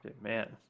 Man